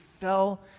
fell